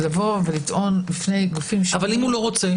לטעון בפני גופים שונים- -- אני לא מסכים,